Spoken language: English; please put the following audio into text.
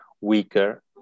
weaker